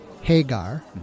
Hagar